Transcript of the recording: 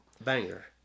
Banger